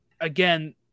Again